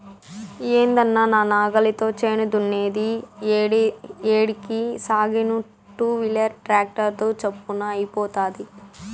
ఏందన్నా నా నాగలితో చేను దున్నేది ఏడికి సాగేను టూవీలర్ ట్రాక్టర్ తో చప్పున అయిపోతాది